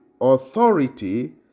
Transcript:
authority